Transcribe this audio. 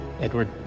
Edward